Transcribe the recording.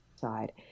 side